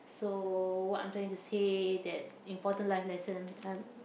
so what I'm trying to say that important life lesson um